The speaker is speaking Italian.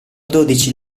dodici